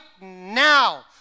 now